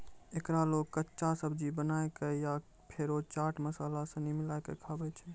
एकरा लोग कच्चा, सब्जी बनाए कय या फेरो चाट मसाला सनी मिलाकय खाबै छै